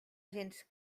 gens